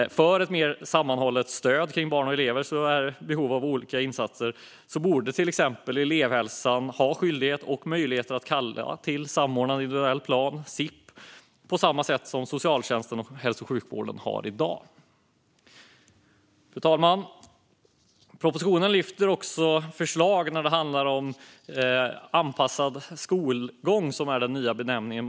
För att få ett mer sammanhållet stöd kring barn och elever i behov av olika insatser borde till exempel elevhälsan ha skyldighet och möjlighet att kalla till samordnad individuell plan, SIP, på samma sätt som socialtjänsten och hälso och sjukvården har i dag. Fru talman! I propositionen läggs det fram förslag när det handlar om anpassad skolgång, som är den nya benämningen.